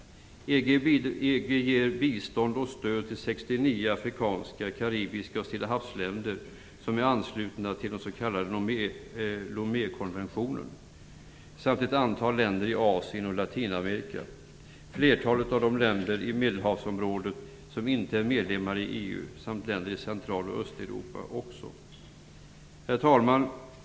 EU ger bistånd och stöd till 69 länder i Afrika, Karibien och Stilla-havsområdet, anslutna till den s.k. Lomékonventionen, ett antal länder i Asien och Latinamerika, flertalet av de länder i medelhavsområdet som inte är medlemmar i EU samt länder i Central och Östeuropa. Herr talman!